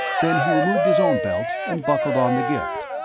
then he removed his own belt and buckled on the gift.